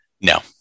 No